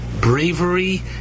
bravery